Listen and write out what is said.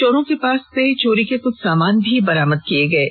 चोरों के पास से चोरी के कुछ सामान भी बरामद किए हैं